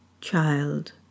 Child